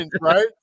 right